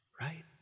right